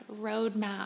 roadmap